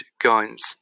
guns